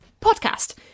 podcast